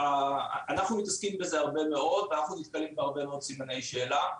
אנחנו מתעסקים בזה הרבה מאוד ואנחנו נתקלים בהרבה מאוד סימני שאלה.